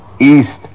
east